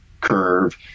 curve